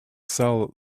sell